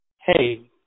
hey